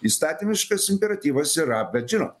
įstatymiškas imperatyvas yra bet žinot